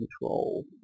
control